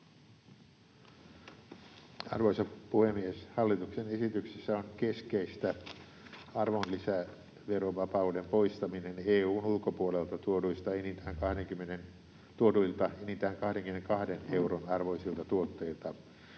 Arvoisa puhemies! Hallituksen esityksessä on keskeistä arvonlisäverovapauden poistaminen EU:n ulkopuolelta tuoduilta enintään 22 euron arvoisilta tuotteilta